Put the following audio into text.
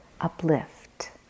uplift